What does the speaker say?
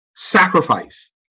Sacrifice